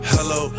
Hello